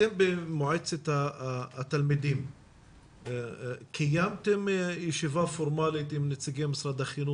אתם במועצת התלמידים קיימתם ישיבה פורמלית עם נציגי משרד החינוך?